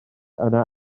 yna